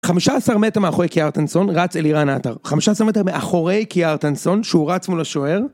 חמישה עשר מטר מאחורי קיארטנסון, רץ אלירן עתר. חמישה עשר מטר מאחורי קיארטנסון, שהוא רץ מול השוער.